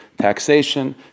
taxation